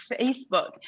Facebook